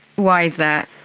why is that?